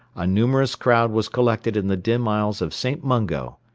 a numerous crowd was collected in the dim aisles of st. mungo,